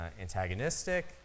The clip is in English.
antagonistic